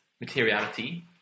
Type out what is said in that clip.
materiality